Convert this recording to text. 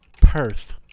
Perth